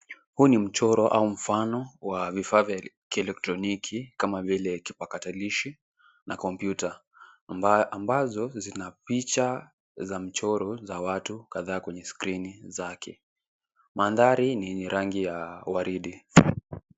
Huu ni mchoro au mfano wa vifaa vya kieletroniki kama vile vipakatalishi na komputa ambazo zinapicha za mchoro za watu kadhaa kwenye skrini zake .Mandhari ni yenye rangi ya waridi.